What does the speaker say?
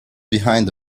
behind